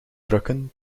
drukken